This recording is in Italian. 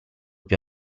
più